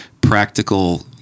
practical